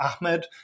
Ahmed